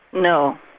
no,